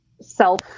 self